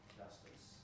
justice